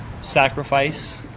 sacrifice